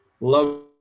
Love